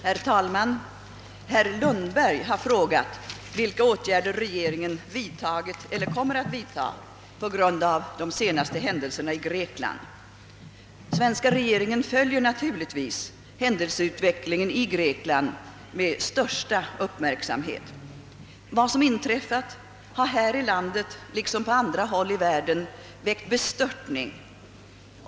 Herr talman! Herr Lundberg har frågat utrikesministern vilka åtgärder regeringen vidtagit eller kommer att vidtaga på grund av de senaste händelserna i Grekland. Till svar härpå vill jag meddela följande. Svenska regeringen följer naturligtvis händelseutvecklingen i Grekland med största uppmärksamhet. Vad som inträffat har här i landet liksom på andra håll i världen väckt bestörtning.